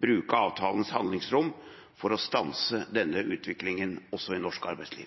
bruke avtalens handlingsrom for å stanse denne utviklingen også i norsk arbeidsliv?